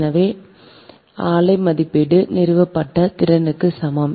எனவே ஆலை மதிப்பீடு நிறுவப்பட்ட திறனுக்கு சமம்